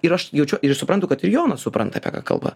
ir aš jaučiu ir suprantu kad ir jonas supranta apie ką kalba